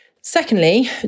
Secondly